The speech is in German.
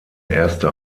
erste